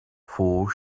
four